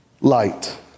light